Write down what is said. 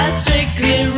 strictly